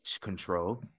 control